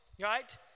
right